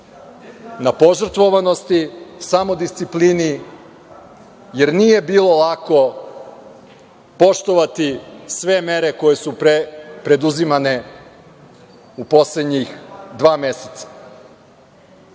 na požrtvovanosti, samodisciplini, jer nije bilo lako poštovati sve mere koje su preduzimane u poslednja dva meseca. Kada